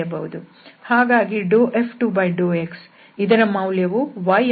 ಹಾಗಾಗಿ F2∂x ಇದರ ಮೌಲ್ಯವು y ಆಗುತ್ತದೆ